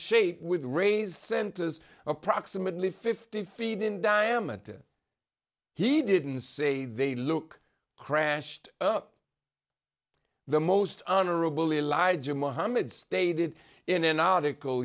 shape with rays centers approximately fifty feet in diameter he didn't say they look crashed up the most honorable elijah muhammad stated in an article